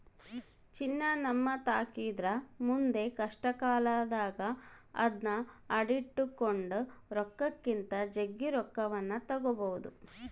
ಚಿನ್ನ ನಮ್ಮತಾಕಿದ್ರ ಮುಂದೆ ಕಷ್ಟಕಾಲದಾಗ ಅದ್ನ ಅಡಿಟ್ಟು ಕೊಂಡ ರೊಕ್ಕಕ್ಕಿಂತ ಜಗ್ಗಿ ರೊಕ್ಕವನ್ನು ತಗಬೊದು